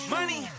Money